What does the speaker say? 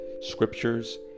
scriptures